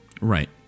right